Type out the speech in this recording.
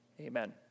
Amen